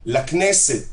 לכנסת,